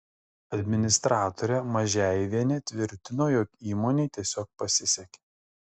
administratorė mažeivienė tvirtino jog įmonei tiesiog pasisekė